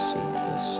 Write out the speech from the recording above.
Jesus